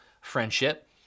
friendship